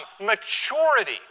Maturity